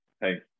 hey